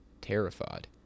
terrified